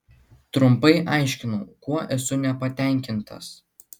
trumpai aiškinau kuo esu nepatenkintas